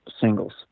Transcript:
singles